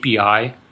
API